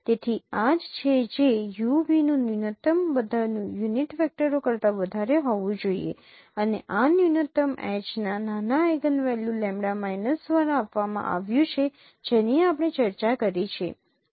તેથી આ જ છે જે u v નું ન્યૂનતમ બધા યુનિટ વેક્ટરો કરતા વધારે હોવું જોઈએ અને આ ન્યૂનતમ H ના નાના આઇગનવેલ્યુ લેમ્બડા માઇનસ દ્વારા આપવામાં આવ્યું છે જેની આપણે ચર્ચા કરી છે